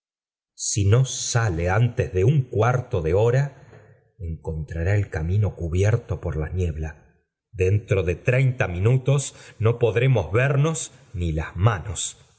si no sale antes de un cuarto de hora encontrará el camino cubierto por la niebla dentro de treinta minutos no podremos vernos ni las manos